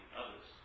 others